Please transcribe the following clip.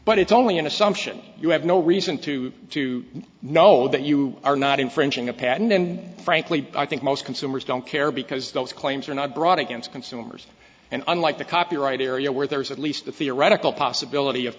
but it's only an assumption you have no reason to to know that you are not infringing a patent and frankly i think most consumers don't care because those claims are not brought against consumers and unlike the copyright area where there is at least the theoretical possibility of